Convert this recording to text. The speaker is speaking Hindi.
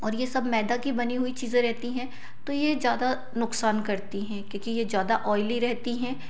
और ये सब मैदा की बनी हुई चीज़ें रहती हैं तो ये ज़्यादा नुकसान करती हैं क्योंकि ये ज़्यादा ऑयली रहती हैं